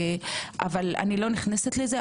אבל איני נכנסת לזה.